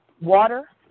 water